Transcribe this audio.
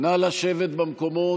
נא לשבת במקומות.